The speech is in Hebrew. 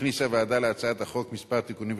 הכניסה הוועדה להצעת החוק כמה תיקונים וסייגים: